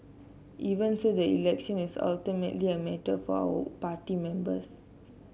even so the election is ultimately a matter for our party members